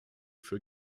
für